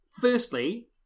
Firstly